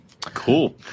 Cool